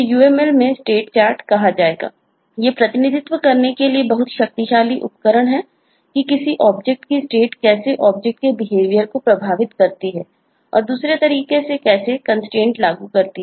ये प्रतिनिधित्व करने के लिए बहुत शक्तिशाली उपकरण हैं कि किसी ऑब्जेक्ट हैं